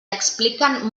expliquen